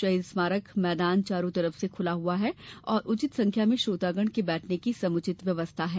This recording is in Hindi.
शहीद स्मारक मैदान चारों तरफ से खुला हुआ है एवं उचित संख्या में श्रोतागण के बैठने की समुचित व्यवस्था है